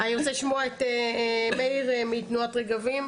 אני רוצה לשמוע את מאיר מתנועת רגבים.